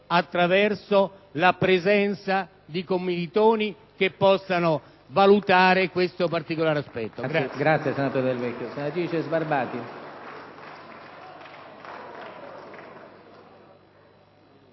attraverso la presenza di commilitoni che possano valutare questo particolare aspetto.